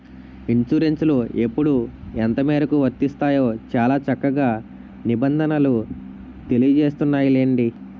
ఇన్సురెన్సులు ఎప్పుడు ఎంతమేరకు వర్తిస్తాయో చాలా చక్కగా నిబంధనలు తెలియజేస్తున్నాయిలెండి